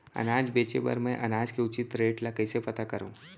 अनाज बेचे बर मैं अनाज के उचित रेट ल कइसे पता करो?